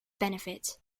benefit